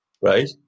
right